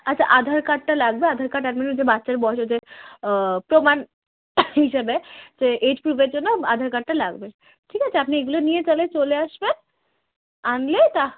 আচ্ছা আধার কার্ডটা লাগবে আধার কার্ড আপনার যে বাচ্চার বয়সের যে প্রমাণ হিসেবে সেই এজ প্রুফের জন্য আধার কার্ডটা লাগবে ঠিক আছে আপনি এগুলো নিয়ে তাহলে চলে আসবেন আনলে তাহ